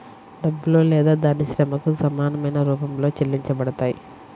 డబ్బులో లేదా దాని శ్రమకు సమానమైన రూపంలో చెల్లించబడతాయి